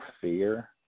fear